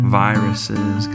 viruses